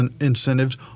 incentives